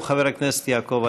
חבר הכנסת יעקב אשר,